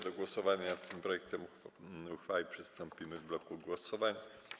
Do głosowania nad tym projektem uchwały przystąpimy w bloku głosowań.